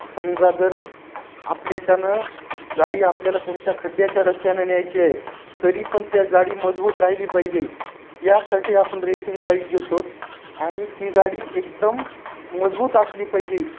समजा जर आपल्याच्यानं गाडी आपल्याला कोणत्या खड्ड्याच्या रस्त्यानं न्यायची आहे तरी पण त्या गाडी मजबूत राहिली पाहिजे यासाठी आपण रेसिंग बाईक घेतोत आणि ती गाडी एकदम मजबूत असली पाहिजे